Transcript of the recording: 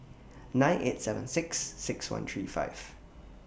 nine eight seven six six one three five